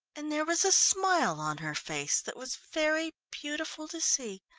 and there was a smile on her face that was very beautiful to see.